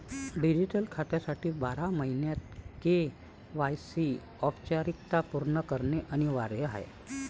digital खात्यासाठी बारा महिन्यांत के.वाय.सी औपचारिकता पूर्ण करणे अनिवार्य आहे